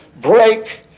break